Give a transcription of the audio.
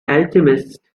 alchemist